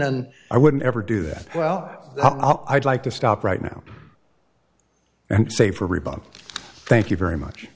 and i wouldn't ever do that well i'd like to stop right now and say for reebok thank you very much